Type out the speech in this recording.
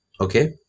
Okay